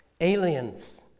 aliens